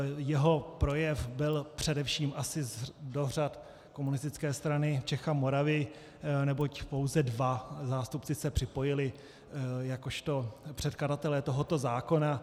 Jeho projev byl především asi do řad Komunistické strany Čech a Moravy, neboť pouze dva zástupci se připojili jakožto předkladatelé tohoto zákona.